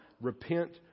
repent